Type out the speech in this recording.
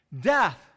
Death